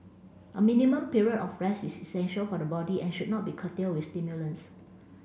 a minimum period of rest is essential for the body and should not be curtailed with stimulants